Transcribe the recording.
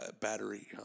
battery